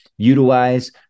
Utilize